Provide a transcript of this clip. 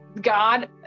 God